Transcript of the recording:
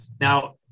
Now